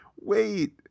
wait